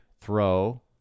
Throw